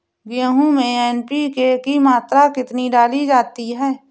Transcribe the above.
गेहूँ में एन.पी.के की मात्रा कितनी डाली जाती है?